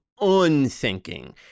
unthinking